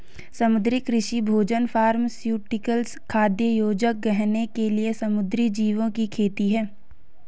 समुद्री कृषि भोजन फार्मास्यूटिकल्स, खाद्य योजक, गहने के लिए समुद्री जीवों की खेती है